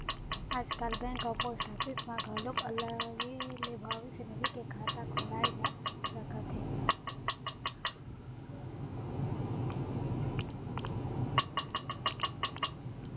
आजकाल बेंक अउ post office म घलोक अलगे ले भविस्य निधि के खाता खोलाए जा सकत हे